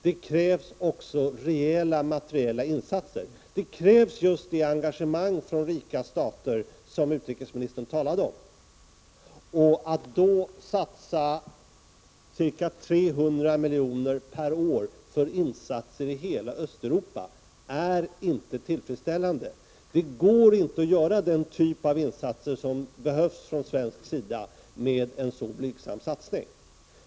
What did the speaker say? Det krävs också rejäla materiella insatser. Det krävs just det engagemang från rika stater som utrikesministern talade om. Att då satsa ca 300 milj.kr. per år för insatser i hela Östeuropa är inte tillfredsställande. Det går inte ätt göra den typ av insatser som behövs från svensk sida med en så blygsam satsning.